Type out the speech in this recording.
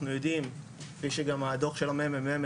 אנחנו יודעים, כפי שהדוח של המ.מ.מ.